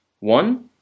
One